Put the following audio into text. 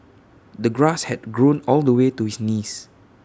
the grass had grown all the way to his knees